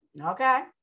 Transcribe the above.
okay